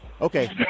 okay